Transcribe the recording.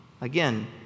Again